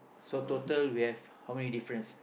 so total we have how many difference